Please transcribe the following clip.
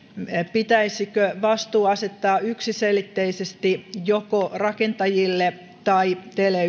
pitäisikö vastuu asettaa yksiselitteisesti joko rakentajille tai